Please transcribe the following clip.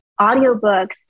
audiobooks